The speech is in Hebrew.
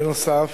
בנוסף,